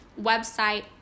website